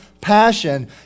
passion